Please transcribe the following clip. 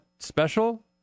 special